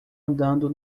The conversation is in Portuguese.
andando